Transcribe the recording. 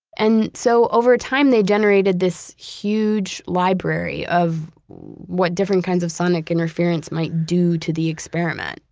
and so over time, they generated this huge library of what different kinds of sonic interference might do to the experiment.